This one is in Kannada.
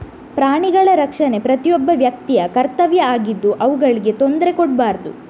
ಪ್ರಾಣಿಗಳ ರಕ್ಷಣೆ ಪ್ರತಿಯೊಬ್ಬ ವ್ಯಕ್ತಿಯ ಕರ್ತವ್ಯ ಆಗಿದ್ದು ಅವುಗಳಿಗೆ ತೊಂದ್ರೆ ಕೊಡ್ಬಾರ್ದು